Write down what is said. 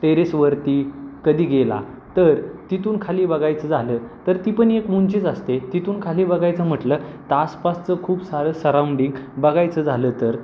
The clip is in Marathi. टेरेसवरती कधी गेला तर तिथून खाली बघायचं झालं तर ती पण एक उंचीच असते तिथून खाली बघायचं म्हटलं तर आसपासचं खूप सारं सराऊंडिंग बघायचं झालं तर